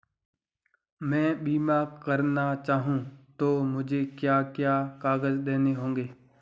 मैं बीमा करना चाहूं तो मुझे क्या क्या कागज़ देने होंगे?